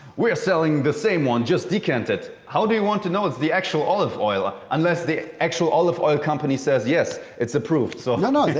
we are selling the same one, just decanted. how do you want to know it's the actual olive oil ah unless the actual olive oil company says yes, it's approved? antonio so no. no. yeah